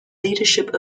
leadership